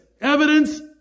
evidence